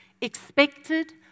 expected